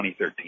2013